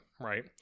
right